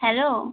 hello